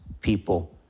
people